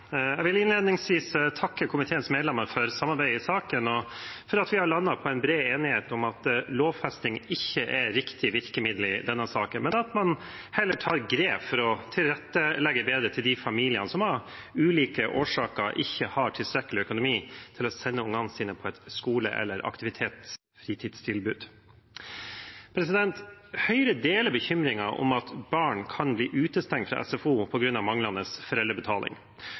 for at vi har landet på en bred enighet om at lovfesting ikke er riktig virkemiddel i denne saken, men at man heller tar grep for å tilrettelegge bedre for de familiene som av ulike årsaker ikke har tilstrekkelig økonomi til å sende ungene sine på et skolefritids- eller aktivitetsfritidstilbud. Høyre deler bekymringen for at barn kan bli utestengt fra SFO på grunn av manglende foreldrebetaling,